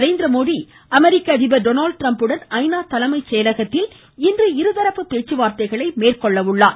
நரேந்திரமோடி அமெரிக்க அதிபர் டொனால்ட் ட்ரம்புடன் ஐநா தலைமை செயலகத்தில் இன்று இருதரப்பு பேச்சுவார்த்தைகளை மேற்கொள்ள உள்ளார்